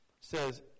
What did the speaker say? says